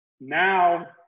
now